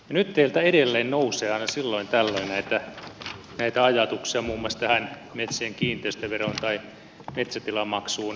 nyt teiltä edelleen nousee aina silloin tällöin näitä ajatuksia muun muassa tähän metsien kiinteistöveroon tai metsätilamaksuun liittyen